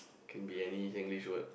can be any Singlish word